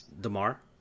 DeMar